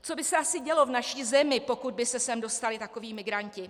Co by se asi dělo v naší zemi, pokud by se sem dostali takoví migranti?